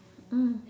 mm